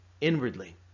inwardly